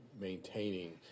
maintaining